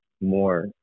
more